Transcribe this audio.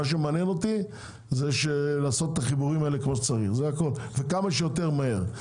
מעניין אותי לעשות את החיבורים הללו כמו שצריך וכמה שיותר מהר.